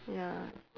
ya